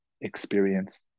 experience